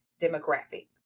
demographic